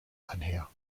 einher